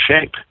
shape